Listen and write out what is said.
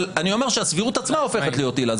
אבל אני אומר שהסבירות עצמה הופכת להיות עילה.